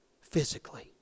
physically